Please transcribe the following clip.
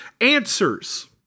answers